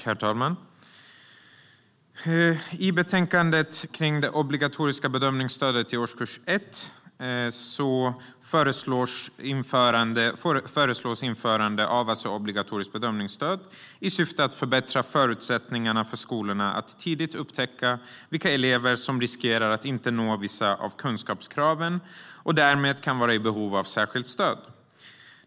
Herr talman! I betänkandet om obligatoriska bedömningsstöd i årskurs 1 föreslås införande av just obligatoriska bedömningsstöd, i syfte att förbättra förutsättningarna för skolorna att tidigt upptäcka vilka elever som riskerar att inte nå vissa av kunskapskraven och därmed kan vara i behov av särskilt stöd.